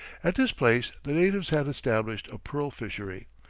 at this place the natives had established a pearl-fishery,